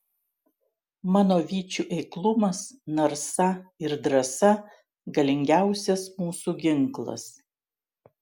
mano vyčių eiklumas narsa ir drąsa galingiausias mūsų ginklas